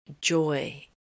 joy